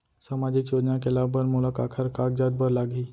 सामाजिक योजना के लाभ बर मोला काखर कागजात बर लागही?